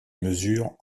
mesurent